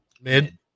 Mid